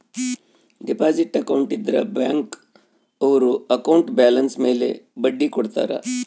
deposit account ಇದ್ರ bank ಅವ್ರು account balance ಮೇಲೆ ಬಡ್ಡಿ ಕೊಡ್ತಾರ